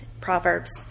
Proverbs